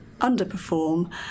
underperform